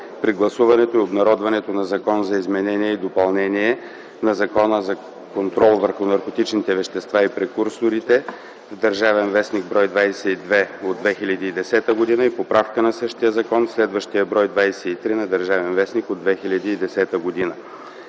при гласуването и обнародването на Закон за изменение и допълнение на Закона за контрол върху наркотичните вещества и прекурсорите в „Държавен вестник”, бр. 22 от 2010 г. и поправка на същия закон в следващия бр. 23 на „Държавен вестник” от 2010 г.